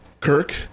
Kirk